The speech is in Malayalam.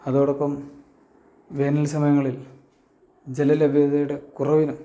അതോടൊപ്പം വേനൽ സമയങ്ങളിൽ ജലലഭ്യതയുടെ കുറവിനും